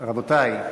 רבותי,